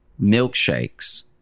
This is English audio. milkshakes